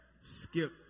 Skip